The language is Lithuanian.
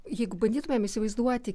jeigu bandytumėm įsivaizduoti